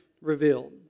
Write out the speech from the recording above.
revealed